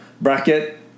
bracket